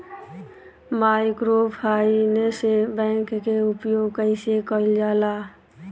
Microfinance bank के उपयोग कइसे कइल जाला?